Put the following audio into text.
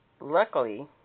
luckily